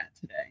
today